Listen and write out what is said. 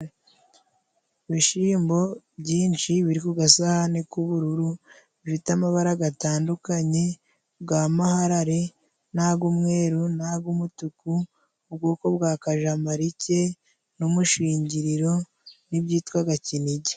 Ibishimbo byinshi biri ku gasahane k'ubururu, bifite amabara atandukanye ya maharare, na y'umweru na y'umutuku, ubwoko bwa kajamarike, n'umushingiriro n'ibyitwa kinigi.